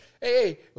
hey